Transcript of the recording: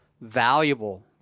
valuable